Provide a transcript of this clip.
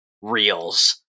reels